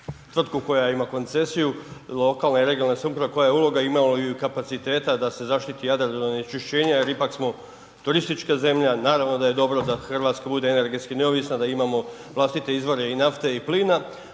tvrtku koja ima koncesiju lokalne i regionalne samouprave koja je uloga imala i kapaciteta da se zaštiti Jadran od onečišćenja, jer ipak smo turistička zemlja. Naravno da je dobro da Hrvatska bude energetski neovisna i da imamo vlastite izvore i nafte i plina.